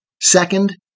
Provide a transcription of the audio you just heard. Second